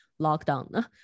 lockdown